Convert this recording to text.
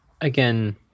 again